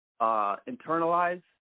internalize